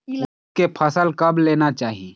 उरीद के फसल कब लेना चाही?